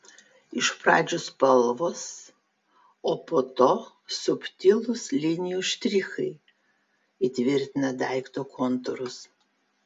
iš pradžių spalvos o po to subtilūs linijų štrichai įtvirtina daikto kontūrus